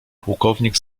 pułkownik